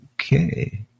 Okay